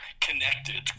connected